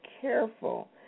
careful